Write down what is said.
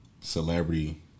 celebrity